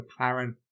McLaren